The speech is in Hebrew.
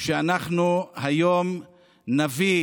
שאנחנו היום נביא